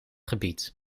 gebied